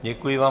Děkuji vám.